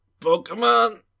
Pokemon